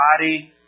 body